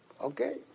okay